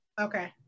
okay